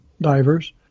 divers